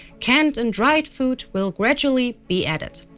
canned and dried fruit will gradually be added.